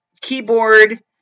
keyboard